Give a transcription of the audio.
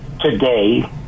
today